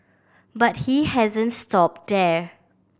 but he hasn't stopped there